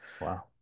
Wow